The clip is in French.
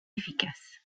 efficace